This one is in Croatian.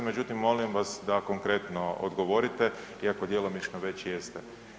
Međutim, molim vas da konkretno odgovorite iako djelomično već jeste.